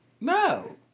no